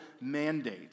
mandate